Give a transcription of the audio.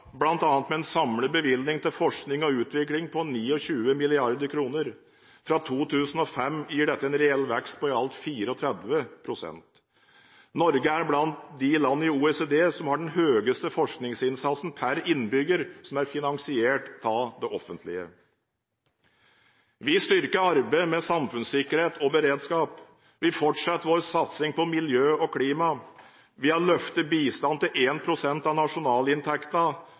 med en samlet bevilgning til forskning og utvikling på 29 mrd. kr. Fra 2005 gir dette en reell vekst på i alt 34 pst. Norge er blant de landene i OECD som har den høyeste forskningsinnsatsen per innbygger, som er finansiert av det offentlige. Vi styrker arbeidet med samfunnssikkerhet og beredskap. Vi fortsetter vår satsing på miljø og klima. Vi har løftet bistanden til 1 pst. av nasjonalinntekten